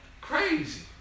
Crazy